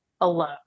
alone